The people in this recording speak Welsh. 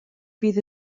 fydd